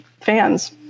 fans